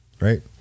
right